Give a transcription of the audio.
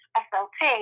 slt